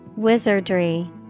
Wizardry